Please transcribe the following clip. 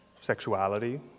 sexuality